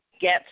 get